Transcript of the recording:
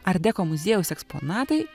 art deko muziejaus eksponatai